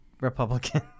Republican